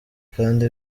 kandi